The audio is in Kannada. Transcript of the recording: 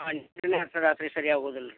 ಹಾಂ ನಿದ್ದೆನೇ ಸ ರಾತ್ರಿ ಸರಿ ಆಗುದಿಲ್ಲ ರೀ